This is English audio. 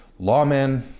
lawmen